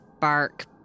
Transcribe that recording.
bark